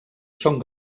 són